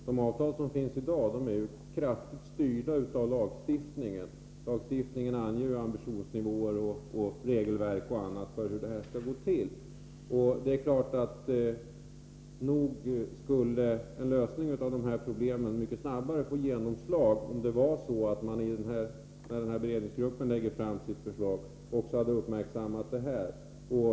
De avtal som finns i dag är kraftigt styrda av lagstiftningen, som har ambitionsnivåer, regler och annat som anger hur detta skall gå till. Nog skulle en lösning av dessa problem mycket snabbare få genomslag, om beredningsgruppen när den lägger fram sina förslag också hade uppmärksammat denna fråga.